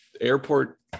airport